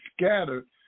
scattered